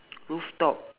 roof top